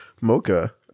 mocha